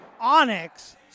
Onyx